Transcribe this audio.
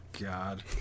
God